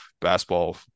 basketball